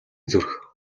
зүрх